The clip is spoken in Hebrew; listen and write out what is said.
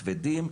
הכבדים,